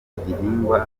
igihingwa